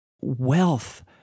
wealth